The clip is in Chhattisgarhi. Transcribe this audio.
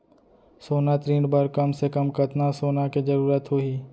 सोना ऋण बर कम से कम कतना सोना के जरूरत होही??